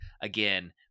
again